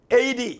AD